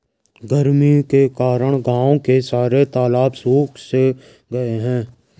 गर्मी के कारण गांव के सारे तालाब सुख से गए हैं